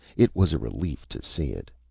it was a relief to see it.